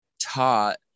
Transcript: taught